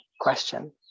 question